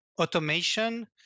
automation